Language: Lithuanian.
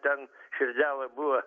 ten širdelė buvo